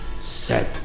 set